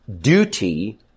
duty